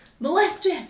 Molested